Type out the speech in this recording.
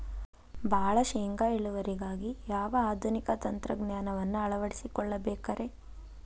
ಭಾಳ ಶೇಂಗಾ ಇಳುವರಿಗಾಗಿ ಯಾವ ಆಧುನಿಕ ತಂತ್ರಜ್ಞಾನವನ್ನ ಅಳವಡಿಸಿಕೊಳ್ಳಬೇಕರೇ?